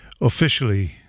officially